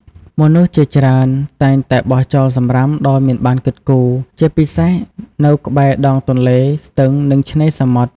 មនុស្សជាច្រើនតែងតែបោះចោលសំរាមដោយមិនបានគិតគូរ ជាពិសេសនៅក្បែរដងទន្លេ ស្ទឹង និងឆ្នេរសមុទ្រ។